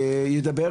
ידבר,